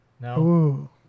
No